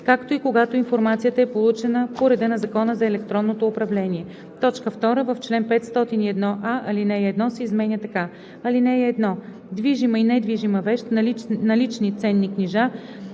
„както и когато информацията е получена по реда на Закона за електронното управление.“ 2. В чл. 501а ал. 1 се изменя така: „(1) Движима и недвижима вещ, налични ценни книжа,